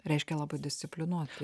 reiškia labai disciplinuoti